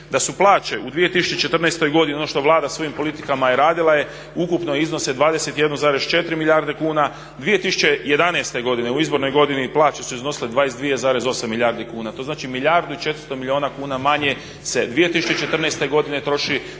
da su plaće u 2014. godini, ono što Vlada svojim politikama je radila, ukupno iznose 21,4 milijarde kuna, 2011. godine u izbornoj godini plaće su iznosile 22,8 milijardi kuna. To znači milijardu i 400 milijuna kuna manje se 2014. godine troši